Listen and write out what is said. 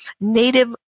native